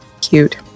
Cute